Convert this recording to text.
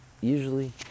usually